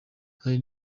hari